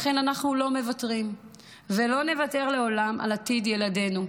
לכן אנחנו לא מוותרים ולא נוותר לעולם על עתיד ילדינו.